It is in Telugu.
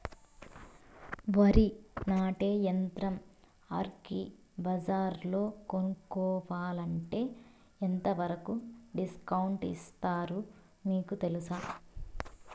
వరి నాటే యంత్రం అగ్రి బజార్లో కొనుక్కోవాలంటే ఎంతవరకు డిస్కౌంట్ ఇస్తారు మీకు తెలుసా?